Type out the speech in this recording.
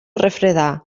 refredar